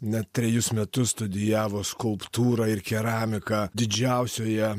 net trejus metus studijavo skulptūrą ir keramiką didžiausioje